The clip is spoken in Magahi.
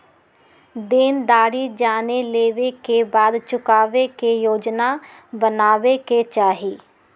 देनदारी जाने लेवे के बाद चुकावे के योजना बनावे के चाहि